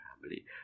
family